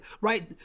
right